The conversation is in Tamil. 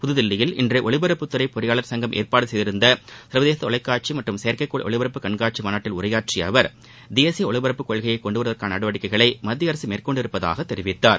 புதுதில்லியில் இன்று ஒலிபரப்புத்துறை பொறியாளர் சங்கம் ஏற்பாடு செய்திருந்த சர்வதேச தொலைக்காட்சி மற்றும் செயற்கைக்கோள் ஒலிபரப்பு கண்காட்சி மாநாட்டில் உரையாற்றிய அவர் தேசிய ஒலிபரப்புக் கொள்கையை கொண்டு வருவதற்கான நடவடிக்கைகளை மத்திய அரசு மேற்கொண்டுள்ளதாகத் தெரிவித்தார்